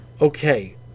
Okay